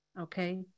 Okay